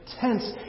Tense